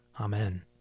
Amen